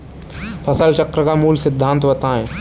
फसल चक्र का मूल सिद्धांत बताएँ?